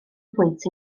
pwynt